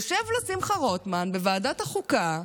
יושב לו שמחה רוטמן בוועדת החוקה,